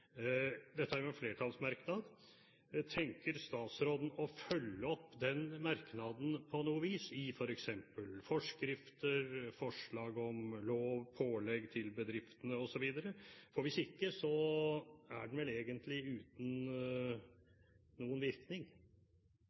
Dette er jo en flertallsmerknad. Tenker statsråden på å følge opp den merknaden på noe vis, i f.eks. forskrifter, forslag om lov, pålegg til bedriftene osv., for hvis ikke er den vel egentlig uten noen virkning?